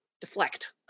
Deflect